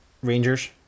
Rangers